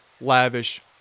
lavish